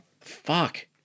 Fuck